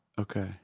okay